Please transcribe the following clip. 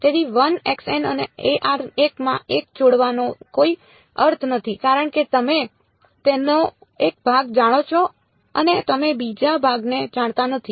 તેથી 1 અને 1 માં 1 જોડવાનો કોઈ અર્થ નથી કારણ કે તમે તેનો એક ભાગ જાણો છો અને તમે બીજા ભાગને જાણતા નથી